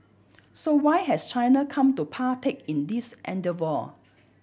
so why has China come to partake in this endeavour